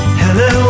hello